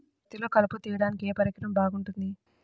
పత్తిలో కలుపు తీయడానికి ఏ పరికరం బాగుంటుంది?